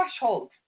threshold